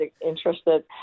interested